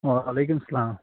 وعلیکُم سَلام